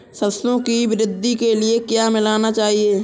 सरसों की वृद्धि के लिए क्या मिलाना चाहिए?